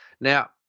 Now